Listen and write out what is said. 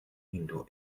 indoor